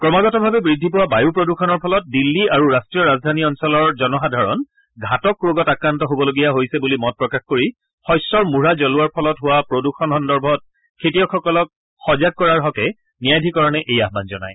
ক্ৰমাগতভাৱে বৃদ্ধি পোৱা বায়ু প্ৰদূষণৰ ফলত দিল্লী আৰু ৰাট্টীয় ৰাজধানী অঞ্চলৰ জনসাধাৰণ ঘাতক ৰোগত আক্ৰান্ত হ'বলগীয়া হৈছে বুলি মত প্ৰকাশ কৰি শস্যৰ মুঢ়া জুলোৱাৰ ফলত হোৱা প্ৰদূষণ সন্দৰ্ভত খেতিয়কসকলক সজাগ কৰাৰ হকে ন্যায়াধিকৰণে এই আহান জনায়